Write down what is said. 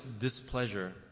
displeasure